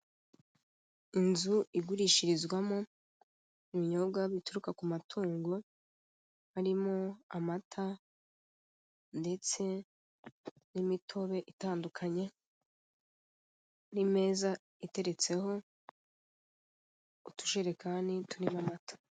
Inzu igurishirizwamo ibinyobwa bituruka ku matungo harimo amata ndetse n'imitobe itandukanye n'imeza iteretseho utujerekani turimo amata.